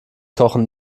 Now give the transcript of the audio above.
kochen